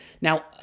Now